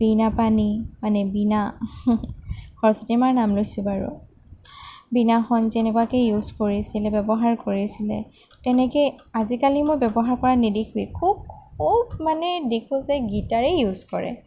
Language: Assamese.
বীণাপাণি মানে বীণা সৰস্বতী মাৰ নাম লৈছোঁ বাৰু বীণাখন যেনেকুৱাকৈ ইউজ কৰিছিলে ব্যৱহাৰ কৰিছিলে তেনেকৈ আজিকালি মই ব্যৱহাৰ কৰা নেদেখোৱে খুউব খুউব মানে দেখোঁ যে গীটাৰে ইউজ কৰে